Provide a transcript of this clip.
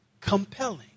compelling